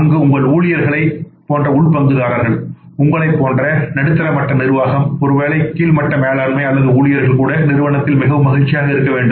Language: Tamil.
அங்கு உங்கள் ஊழியர்களைப் போன்ற உள் பங்குதாரர்கள் உங்களைப் போன்ற நடுத்தர மட்ட நிர்வாகம் அல்லது ஒருவேளை கீழ் மட்ட மேலாண்மை அல்லது ஊழியர்கள் கூட நிறுவனத்தில் மிகவும் மகிழ்ச்சியாக இருக்க வேண்டும்